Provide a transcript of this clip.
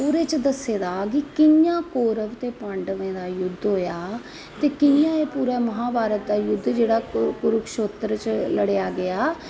ओहदे च दस्से दा कि कियां कौरवें ते पाडवें दा युद्ध होआ ते कियां ऐ पूरा महाभारत दा युद्ध जेहड़ा कुरुक्षेत्र च लड़ेआ गेआ